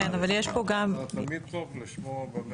אבל תמיד טוב לשמוע.